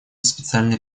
специальные